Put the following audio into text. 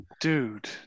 dude